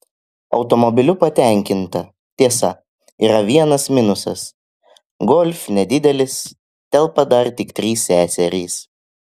automobiliu patenkinta tiesa yra vienas minusas golf nedidelis telpa dar tik trys seserys